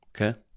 Okay